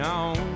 on